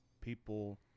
people